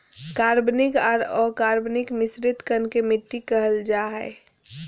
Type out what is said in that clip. कार्बनिक आर अकार्बनिक मिश्रित कण के मिट्टी कहल जा हई